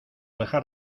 dejar